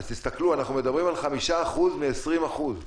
אז אנחנו מדברים על 5% מ-20%.